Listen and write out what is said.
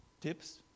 tips